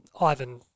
Ivan